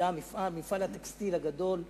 זה היה מפעל הטקסטיל הגדול ביותר,